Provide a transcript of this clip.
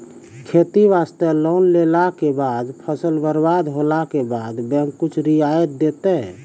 खेती वास्ते लोन लेला के बाद फसल बर्बाद होला के बाद बैंक कुछ रियायत देतै?